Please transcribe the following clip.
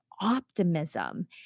Optimism